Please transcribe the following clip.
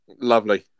Lovely